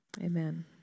Amen